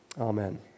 Amen